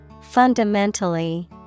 Fundamentally